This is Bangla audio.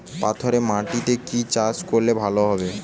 পাথরে মাটিতে কি চাষ করলে ভালো হবে?